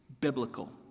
biblical